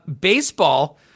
Baseball